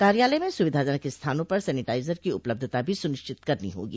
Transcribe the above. कार्यालय में सुविधाजनक स्थानों पर सैनिटाइजर की उपलब्धता भी सुनिश्चित करनी होगी